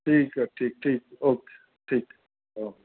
ठीकु आहे ठीकु ठीकु ओके ठीकु हा